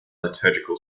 liturgical